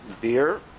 beer